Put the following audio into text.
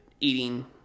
eating